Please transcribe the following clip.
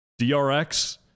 DRX